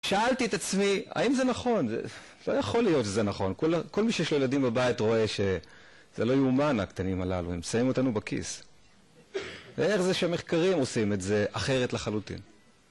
שאלתי את עצמי, האם זה נכון? זה לא יכול להיות שזה נכון. כל מי שיש לו ילדים בבית רואה ש... זה לא יאומן, הקטנים הללו. הם שמים אותנו בכיס. ואיך זה שהמחקרים עושים את זה אחרת לחלוטין.